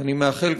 ואני מאחל,